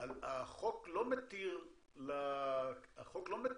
החוק לא מתיר לקרן